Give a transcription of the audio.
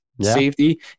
safety